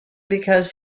because